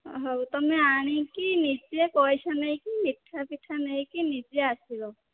ହଁ ହୋଉ ତୁମେ ଆଣିକି ନିଜେ ପଇସା ନେଇକି ମିଠା ପିଠା ନେଇକି ନିଜେ ଆସିବ